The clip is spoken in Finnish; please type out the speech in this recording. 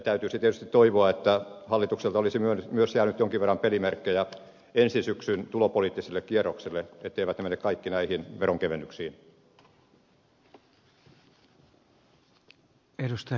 täytyisi tietysti toivoa että hallitukselta olisi myös jäänyt jonkin verran pelimerkkejä ensi syksyn tulopoliittiselle kierrokselle etteivät ne mene kaikki näihin veronkevennyksiin